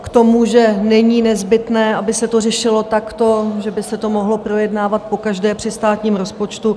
K tomu, že není nezbytné, aby se to řešilo takto, že by se to mohlo projednávat pokaždé při státním rozpočtu.